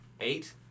Eight